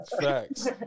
Facts